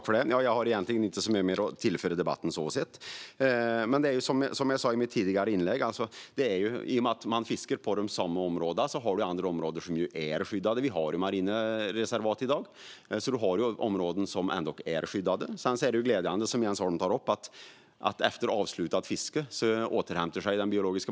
Fru talman! Jag har egentligen inte så mycket mer att tillföra i debatten. Som jag sa i mitt tidigare inlägg är det så att i och med att man fiskar i samma områden är andra områden skyddade. Vi har marina reservat i dag. Det finns alltså områden som är skyddade. Sedan är det glädjande, som Jens Holm tar upp, att den biologiska mångfalden efter avslutat fiske återhämtar sig.